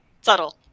Subtle